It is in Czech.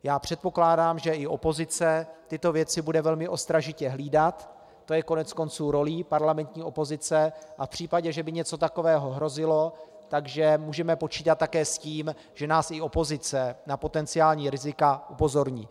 Já předpokládám, že i opozice bude tyto věci velmi ostražitě hlídat, to je koneckonců rolí parlamentní opozice, a v případě, že by něco takového hrozilo, že můžeme počítat také s tím, že nás i opozice na potenciální rizika upozorní.